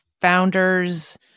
founders